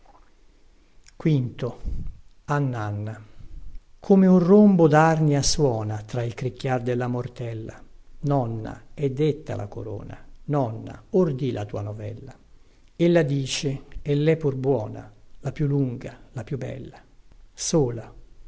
meni come un rombo darnia suona tra il cricchiar della mortella nonna è detta la corona nonna or dì la tua novella ella dice ellè pur buona la più lunga la più bella sola